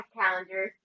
calendar